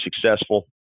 successful